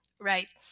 right